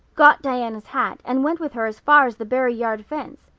got diana's hat and went with her as far as the barry yard fence.